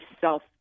self